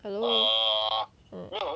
hello mm